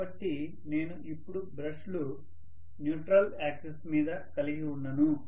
కాబట్టి నేను ఇప్పుడు బ్రష్లు న్యూట్రల్ యాక్సిస్ మీద కలిగి ఉండను